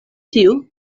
tiu